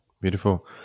Beautiful